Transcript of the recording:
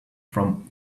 from